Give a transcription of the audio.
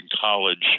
college